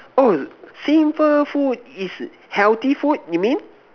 oh simple food is healthy food you mean